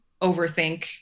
overthink